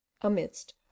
amidst